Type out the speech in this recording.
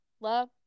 love